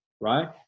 right